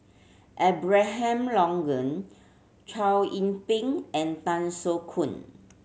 Abraham Logan Chow Ying Ping and Tan Soo Khoon